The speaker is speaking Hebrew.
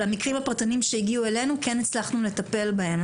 אבל המקרים הפרטניים שהגיעו אלינו כן הצלחנו לטפל בהם.